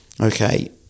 okay